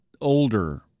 older